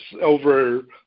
over